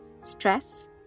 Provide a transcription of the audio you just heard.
stress